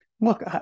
Look